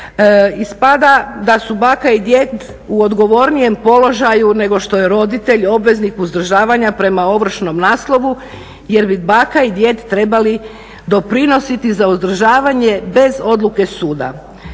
Ispada da su baka i djed u odgovornijem položaju nego što je roditelj, obveznik uzdržavanja prema ovršnom naslovu, jer bi baka i djed trebali doprinositi za uzdržavanje bez odluke suda.